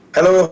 Hello